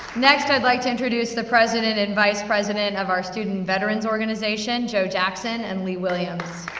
next, i'd like to introduce the president and vice president of our student veterans organization, joe jackson, and lee williams.